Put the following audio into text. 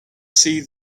see